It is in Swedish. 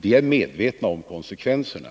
De är medvetna om konsekvenserna.